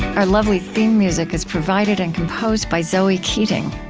our lovely theme music is provided and composed by zoe keating.